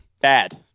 Bad